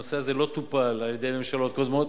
הנושא הזה לא טופל על-ידי ממשלות קודמות.